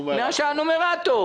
מהנומרטור.